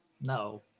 No